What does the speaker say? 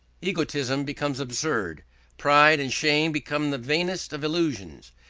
egotism becomes absurd pride and shame become the vainest of illusions.